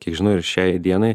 kiek žinau ir šiai dienai